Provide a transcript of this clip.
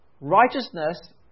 righteousness